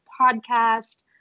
podcast